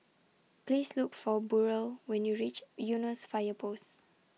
Please Look For Burrel when YOU REACH Eunos Fire Post